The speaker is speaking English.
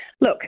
look